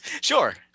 Sure